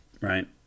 Right